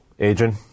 Adrian